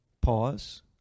Pause